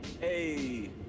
Hey